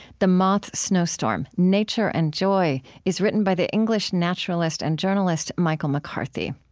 the moth snowstorm nature and joy is written by the english naturalist and journalist, michael mccarthy.